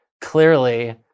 clearly